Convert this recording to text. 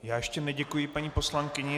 Já ještě neděkuji paní poslankyni.